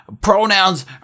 pronouns